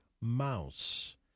mouse